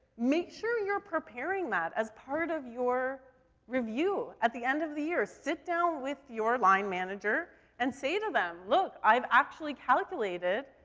make sure you're preparing that as part of your review. at the end of the year, sit down with your line manager and say to them, look, i've actually calculated.